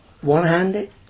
One-handed